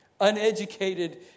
uneducated